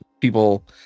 people